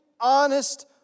honest